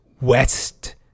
west